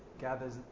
gathers